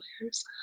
players